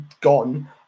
gone